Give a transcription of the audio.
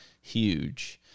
Huge